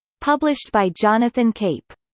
published by jonathan cape.